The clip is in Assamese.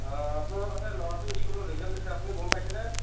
আপোনালোকৰ সেই ল'ৰাটোৰ স্কুলৰ ৰিজাল্ট দিছে আপুনি গম পাইছেনে